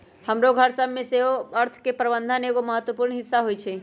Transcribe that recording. हमरो घर सभ में सेहो अर्थ के प्रबंधन एगो महत्वपूर्ण हिस्सा होइ छइ